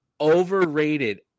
overrated